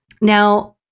Now